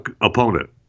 opponent